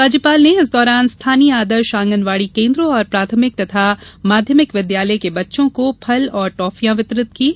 राज्यपाल ने इस दौरान स्थानीय आदर्श आंगनबार्डी केन्द्र और प्राथमिक एवं माध्यमिक विद्यालय के बच्चों को फल और टॉफियां वितरित कीं